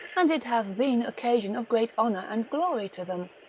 and it hath been occasion of great honour and glory to them,